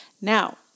Now